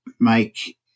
make